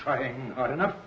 trying hard enough